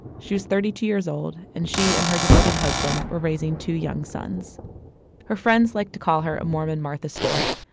she was thirty two years old. and she and her devoted husband were raising two young sons her friends liked to call her a mormon martha stewart.